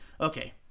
okay